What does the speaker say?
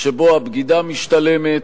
שבו הבגידה משתלמת,